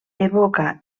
evoca